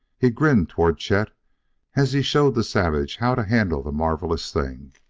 he grinned toward chet as he showed the savage how to handle the marvellous thing.